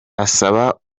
asaba